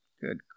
Good